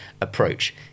approach